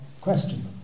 question